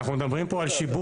אנחנו מדברים פה על שיבוב.